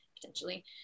potentially